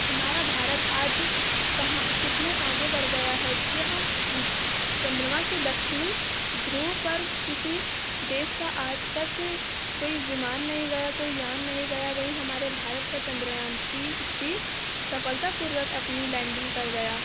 हमारा भारत आज कहाँ कितने आगे बढ़ गया है जहाँ चँद्रमा के दक्षिणी ध्रुव पर किसी देश का आज तक कोई विमान नहीं गया कोई यान नहीं गया वहीं हमारे भारत का चंद्रयान तीन थ्री सफलतापूर्वक अपनी लैंडिंग कर गया